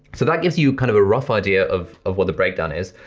so that gives you kind of a rough idea of of what the breakdown is,